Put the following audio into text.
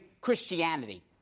Christianity